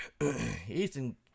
Ethan